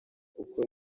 uko